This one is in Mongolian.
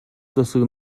засаг